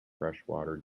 freshwater